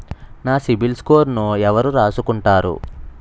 నా సిబిల్ స్కోరును ఎవరు రాసుకుంటారు